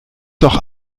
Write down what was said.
doch